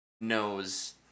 knows